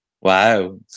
Wow